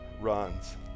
runs